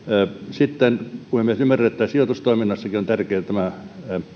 sitten puhemies ymmärrän että sijoitustoiminnassakin on tärkeää